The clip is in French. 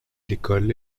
l’école